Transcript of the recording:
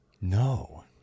No